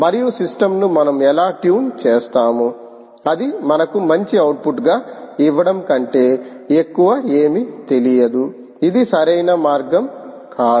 మరియు సిస్టమ్ ను మనం ఎలా ట్యూన్ చేస్తాము అది మనకు మంచి అవుట్పుట్ గా ఇవ్వడం కంటే ఎక్కువ ఏమీ తెలియదు ఇది సరైన మార్గం కాదు